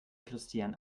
christiane